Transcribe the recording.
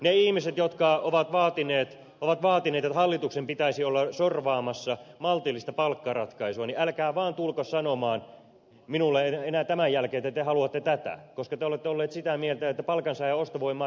ne ihmiset jotka ovat vaatineet että hallituksen pitäisi olla sorvaamassa maltillista palkkaratkaisua niin älkää vaan tulko sanomaan minulle enää tämän jälkeen että te haluatte tätä koska te olette olleet sitä mieltä että palkansaajan ostovoimaa pitää leikata